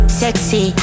sexy